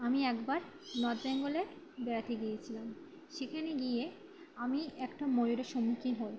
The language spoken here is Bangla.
আমি একবার নর্থ বেঙ্গলে বেড়াতে গিয়েছিলাম সেখানে গিয়ে আমি একটা ময়ূরের সম্মুখীন হই